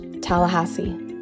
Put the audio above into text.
Tallahassee